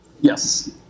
Yes